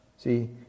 See